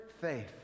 faith